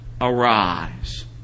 arise